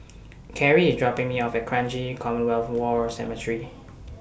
Cary IS dropping Me off At Kranji Commonwealth War Cemetery